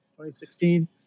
2016